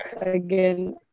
again